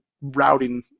routing